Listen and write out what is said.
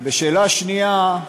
ושאלה שנייה,